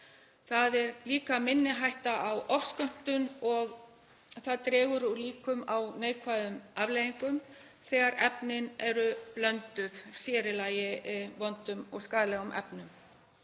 Það er líka minni hætta á ofskömmtun og það dregur úr líkum á neikvæðum afleiðingum þegar efnin eru blönduð, sér í lagi vondum og skaðlegum efnum.